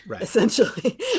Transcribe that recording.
essentially